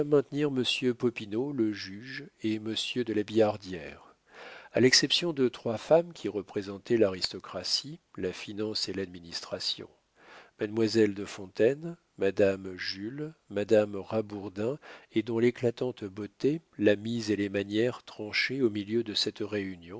maintenir monsieur popinot le juge et monsieur de la billardière a l'exception de trois femmes qui représentaient l'aristocratie la finance et l'administration mademoiselle de fontaine madame jules madame rabourdin et dont l'éclatante beauté la mise et les manières tranchaient au milieu de cette réunion